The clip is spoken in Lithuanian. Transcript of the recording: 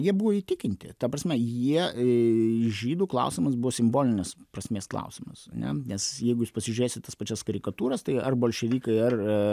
jie buvo įtikinti ta prasme jie į žydų klausimas bus simbolinis prasmės klausimas ne nes jeigu jūs pasižiūrėsit tas pačias karikatūras tai ar bolševikai ar